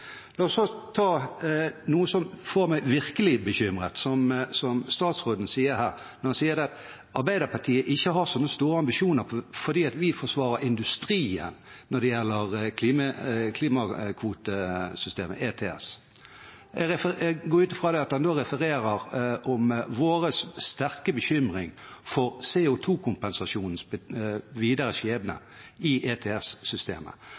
La meg ta noe som gjør meg virkelig bekymret, som statsråden sier her. Han sier at Arbeiderpartiet ikke har store ambisjoner, fordi vi forsvarer industrien når det gjelder klimakvotesystemet, ETS. Jeg går ut fra at han da refererer til vår sterke bekymring for CO 2 -kompensasjonens videre skjebne